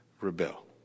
rebel